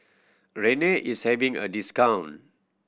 Rene is having a discount